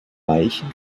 weichen